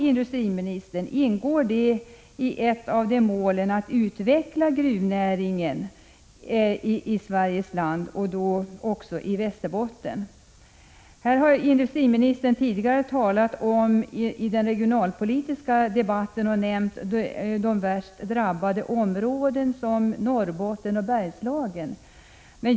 Industriministern sade tidigare i den regionalpolitiska debatten att de värst drabbade områdena var Norrbotten och Bergslagen.